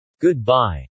Goodbye